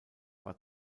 war